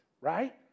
right